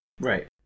Right